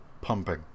pumping